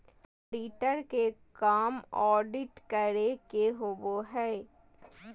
auditor के काम audit करे के होबो हइ